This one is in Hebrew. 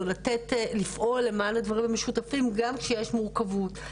או לתת לפעול למען הדברים המשותפים גם כשיש מורכבות.